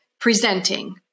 presenting